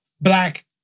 black